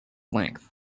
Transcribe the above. length